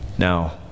Now